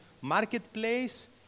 Marketplace